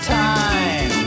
time